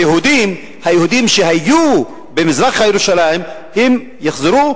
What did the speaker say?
והיהודים, היהודים שהיו במזרח-ירושלים, הם יחזרו,